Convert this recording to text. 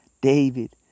David